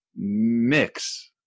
mix